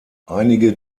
einige